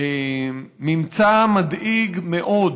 ממצא מדאיג מאוד,